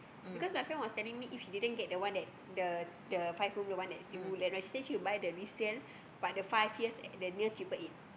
because my friend was telling me if she didn't get the one that the the the five room the one that's in Woodland right she say she will buy the resale but the five years the one near triple eight